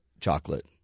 chocolate